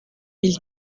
mille